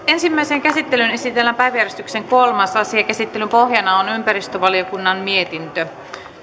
ensimmäiseen käsittelyyn esitellään päiväjärjestyksen kolmas asia käsittelyn pohjana on ympäristövaliokunnan mietintö